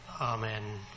Amen